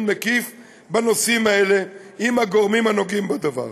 מקיף בנושאים האלה עם הגורמים הנוגעים בדבר,